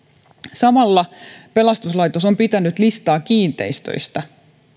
samalla pelastuslaitos on pitänyt listaa kiinteistöistä